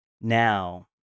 now